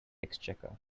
exchequer